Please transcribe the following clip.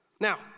Now